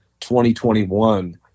2021